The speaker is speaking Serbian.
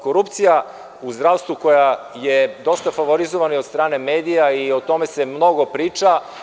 Korupcija u zdravstvu je dosta favorizovana i od strane medija i o tome se mnogo priča.